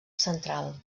central